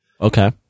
Okay